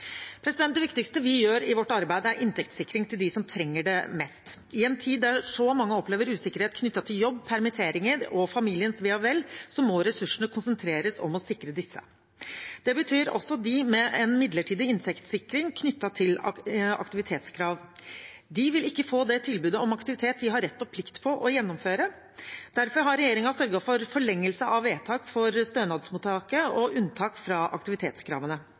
Det viktigste vi gjør i vårt arbeid, er inntektssikring for dem som trenger det mest. I en tid der så mange opplever usikkerhet knyttet til jobb, permitteringer og familiens ve og vel, må ressursene konsentreres om å sikre disse. Det betyr også dem med en midlertidig inntektssikring knyttet til aktivitetskrav – de vil ikke få det tilbudet om aktivitet de har rett og plikt til å gjennomføre. Derfor har regjeringen sørget for forlengelse av vedtak for stønadsmottaket og unntak fra aktivitetskravene.